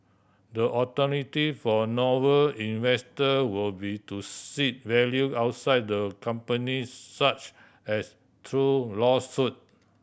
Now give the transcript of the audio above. the alternative for Noble investor will be to seek value outside the company such as through lawsuit